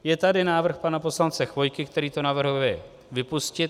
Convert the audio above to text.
Je tady návrh pana poslance Chvojky, který to navrhuje vypustit.